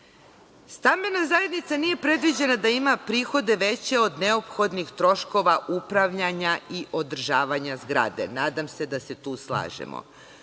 kredita. Stambena zajednica nije predviđena da ima prihode veće od neophodnih troškova upravljanja i održavanja zgrade, nadam se da se tu slažemo.